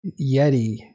Yeti